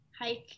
hike